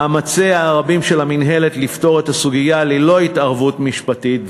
מאמציה הרבים של המינהלת לפתור את הסוגיה ללא התערבות משפטית,